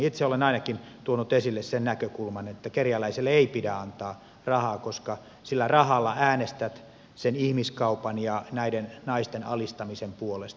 itse olen ainakin tuonut esille sen näkökulman että kerjäläiselle ei pidä antaa rahaa koska sillä rahalla äänestät sen ihmiskaupan ja näiden naisten alistamisen puolesta